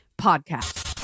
Podcast